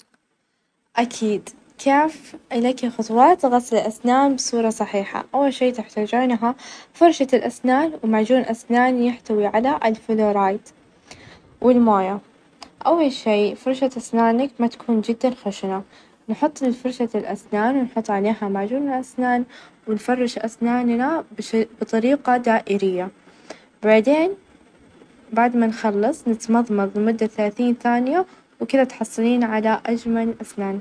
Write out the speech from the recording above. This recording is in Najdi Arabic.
تمامًا -سو-أوظح لك الحين طريقة طهي الباستا وهو طعام شائع ولذيذ أول شي تحتاجونها باستا وماء، وملح ، وصلصة ،صلصة طماطم أو كريمة، طبعًا أول شي نجيب قليل ماء نغليها ،ونظيف لها الباستا ،ونصفي الباستا من المويا بعد ما ينظج، ونظيف لها صلصة الطماطم والكريمة، وبكذا كمان يمديكي -تطبينها- تقدمينها الباستا في أطباق ،وكمان يمديك تظيفينها جبنة وبالعافية.